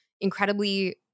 incredibly